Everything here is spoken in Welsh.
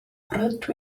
rydw